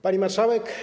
Pani Marszałek!